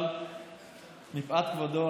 אבל מפאת כבודו